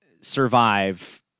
survive